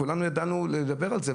כולנו ידענו לדבר על זה,